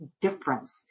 difference